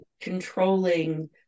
controlling